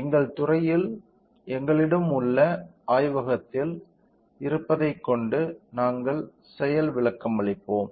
எங்கள் துறையில் எங்களிடம் உள்ள ஆய்வகத்தில் இருப்பதை கொண்டு நாங்கள் செயல் விளக்கமளிப்போம்